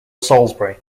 salisbury